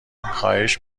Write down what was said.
خواهش